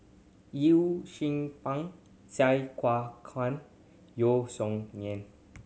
Yew Pun Sai Kua Kuan Yeo Song Nian